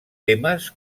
temes